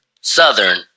southern